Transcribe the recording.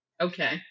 Okay